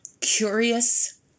curious